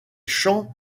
chants